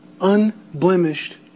unblemished